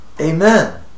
Amen